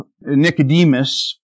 Nicodemus